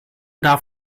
darf